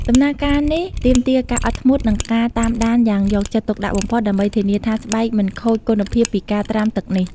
ដំណើរការនេះទាមទារការអត់ធ្មត់និងការតាមដានយ៉ាងយកចិត្តទុកដាក់បំផុតដើម្បីធានាថាស្បែកមិនខូចគុណភាពពីការត្រាំទឹកនេះ។